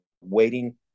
waiting